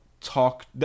talk